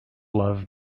love